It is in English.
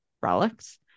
relics